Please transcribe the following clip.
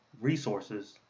resources